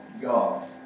God